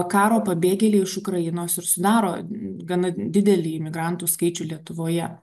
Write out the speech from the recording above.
karo pabėgėliai iš ukrainos ir sudaro gana didelį imigrantų skaičių lietuvoje